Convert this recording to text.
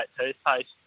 toothpaste